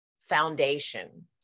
foundation